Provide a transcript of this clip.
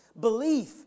Belief